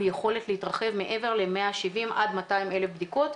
יכולת להתרחב מעבר ל-170,000 עד 200,00 בדיקות,